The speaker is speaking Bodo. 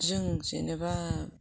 जों जेनबा